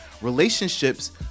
Relationships